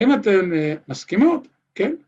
‫אם אתן מסכימות, כן.